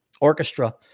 orchestra